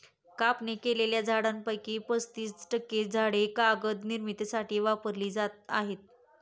कापणी केलेल्या झाडांपैकी पस्तीस टक्के झाडे कागद निर्मितीसाठी वापरली जात आहेत